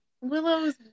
Willow's